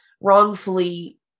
wrongfully